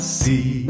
see